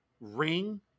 ring